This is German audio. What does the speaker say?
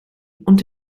und